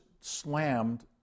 slammed